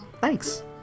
thanks